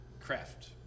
craft